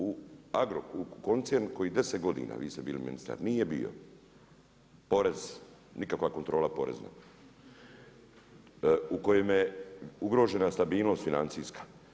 U koncern koji je 10 godina, vi ste bili ministar nije bio porez nikakva kontrola porezna, u kojem je ugrožena stabilnost financija.